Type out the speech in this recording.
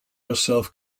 yourself